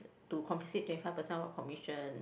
to confiscate twenty five percent of our commission